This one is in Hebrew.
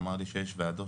אמר לי שיש וועדות,